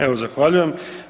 Evo zahvaljujem.